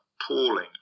appalling